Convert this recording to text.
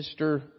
Mr